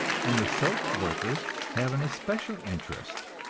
and the soap workers have an especial interest.